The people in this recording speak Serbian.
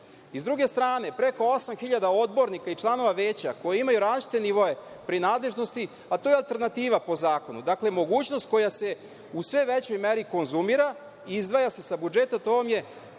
i, s druge strane, preko 8.000 odbornika i članova veća, koji imaju različite nivoe pri nadležnosti, a to je alternativa po zakonu… Dakle, mogućnost koja se u sve većoj meri konzumira izdvaja se sa budžeta, to vam je